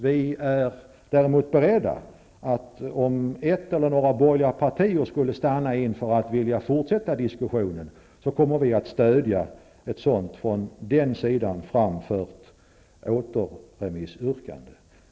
Vi är däremot beredda att stödja ett återremissyrkande om ett eller flera borgerliga partier skulle stanna för att vilja fortsätta diskussionen.